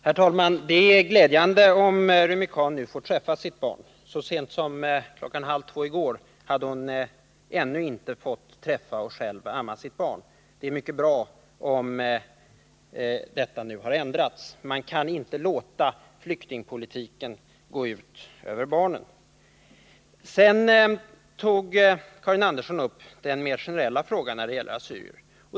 Herr talman! Det är glädjande om Rumi Can nu har fått träffa sitt barn — så sent som halv två i går hade hon ännu inte fått träffa och själv amma sitt barn. Det är bra om detta nu har ändrats. Man får inte låta flyktingpolitiken gå ut över barnen. Sedan tog Karin Andersson upp den mer generella frågan om assyriepolitiken.